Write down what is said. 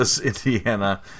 Indiana